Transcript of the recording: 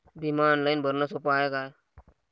बिमा ऑनलाईन भरनं सोप हाय का?